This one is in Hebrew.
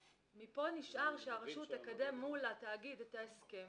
מפה נשאר שהרשות תקדם מול התאגיד את ההסכם